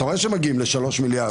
אתה רואה שמגיעים לשלושה מיליארד,